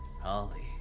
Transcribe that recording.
Holly